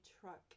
truck